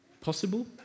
Possible